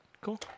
Cool